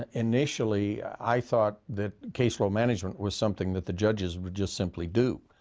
ah initially, i thought that caseflow management was something that the judges would just simply do.